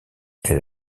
elle